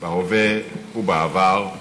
בהווה ובעבר,